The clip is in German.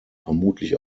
vermutlich